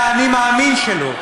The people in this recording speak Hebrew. על האני מאמין שלו,